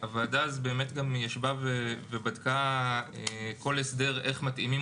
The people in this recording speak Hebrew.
הוועדה ישבה אז ובדקה כל הסדר ואיך מתאימים